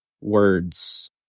words